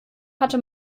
hatte